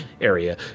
area